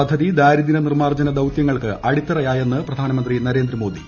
പദ്ധതി ദാരിദ്ര നിർമ്മാർജ്ജന ദൌതൃങ്ങൾക്ക് അടിത്തറയെന്ന് പ്രധാനമന്ത്രി നരേന്ദ്രമോദി